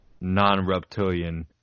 non-reptilian